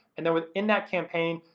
and then within that campaign,